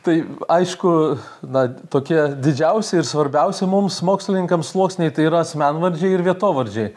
tai aišku na tokie didžiausi ir svarbiausi mums mokslininkams sluoksniai tai yra asmenvardžiai ir vietovardžiai